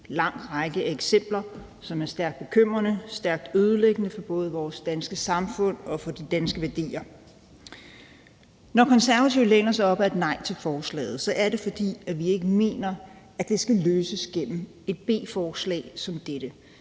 lang række af eksempler, som er stærkt bekymrende, stærkt ødelæggende både for vores danske samfund og for de danske værdier. Når Konservative læner sig op ad et nej til forslaget, er det, fordi vi ikke mener, at det skal løses gennem et beslutningsforslag som dette,